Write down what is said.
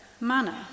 manner